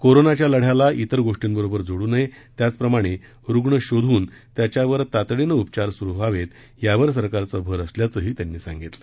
कोरोनाच्या लद्याला ईतर गोष्टींबरोबर जोडू नये त्याचप्रमाणे रूग्ण शोधून त्याच्यावर तातडीनं उपचार सुरू व्हावेत यावर सरकारचा भर असल्याचंही त्यांनी सांगितलं